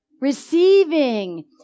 Receiving